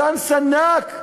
צ'אנס ענק,